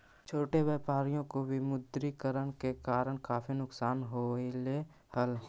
छोटे व्यापारियों को विमुद्रीकरण के कारण काफी नुकसान होलई हल